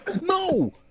No